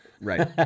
Right